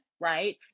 right